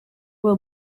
will